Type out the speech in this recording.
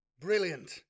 Brilliant